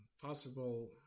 possible